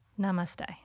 Namaste